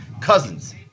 cousins